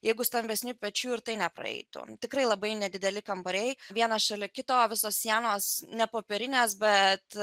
jeigu stambesnių pečių ir tai nepraeitų tikrai labai nedideli kambariai vienas šalia kito visos sienos ne popierinės bet